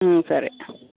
సరే